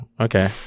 Okay